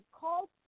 called